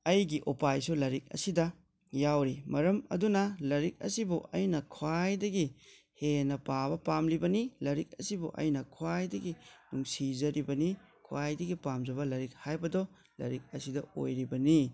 ꯑꯩꯒꯤ ꯎꯄꯥꯏꯁꯨ ꯂꯥꯏꯔꯤꯛ ꯑꯁꯤꯗ ꯌꯥꯎꯔꯤ ꯃꯔꯝ ꯑꯗꯨꯅ ꯂꯥꯏꯔꯤꯛ ꯑꯁꯤꯕꯨ ꯑꯩꯅ ꯈ꯭ꯋꯥꯏꯗꯒꯤ ꯍꯦꯟꯅ ꯄꯥꯕ ꯄꯥꯝꯂꯤꯕꯅꯤ ꯂꯥꯏꯔꯤꯛ ꯑꯁꯤꯕꯨ ꯑꯩꯅ ꯈ꯭ꯋꯥꯏꯗꯒꯤ ꯅꯨꯡꯁꯤꯖꯔꯤꯕꯅꯤ ꯈ꯭ꯋꯥꯏꯗꯒꯤ ꯄꯥꯝꯖꯕ ꯂꯥꯏꯔꯤꯛ ꯍꯥꯏꯕꯗꯣ ꯂꯥꯏꯔꯤꯛ ꯑꯁꯤꯗ ꯑꯣꯏꯔꯤꯕꯅꯤ